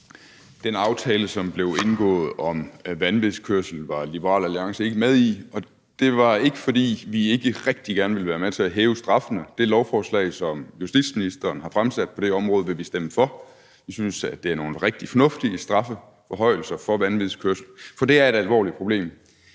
Den aftale, som blev indgået, om vanvidskørsel var Liberal Alliance ikke med i, og det var ikke, fordi vi ikke rigtig gerne ville være med til at hæve straffene. Det lovforslag, som justitsministeren har fremsat på det område, vil vi stemme for. Vi synes, at det er nogle rigtig fornuftige strafforhøjelser for vanvidskørsel, for det er et alvorligt problem.